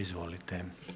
Izvolite.